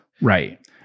right